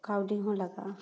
ᱠᱟᱹᱣᱰᱤ ᱦᱚᱸ ᱞᱟᱜᱟᱜᱼᱟ